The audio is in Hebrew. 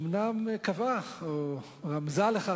בסיבוב הקודם שר האוצר לשעבר רוני בר-און,